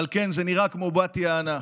אבל כן, זה נראה כמו בת יענה.